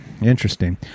interesting